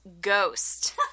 ghost